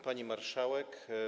Pani Marszałek!